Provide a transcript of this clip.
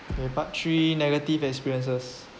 part three negative experiences